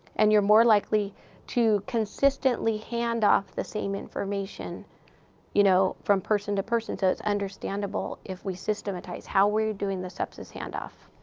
and you're more likely to consistently hand off the same information you know from person to person so it's understandable if we systematize how we're doing the sepsis hand off.